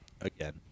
Again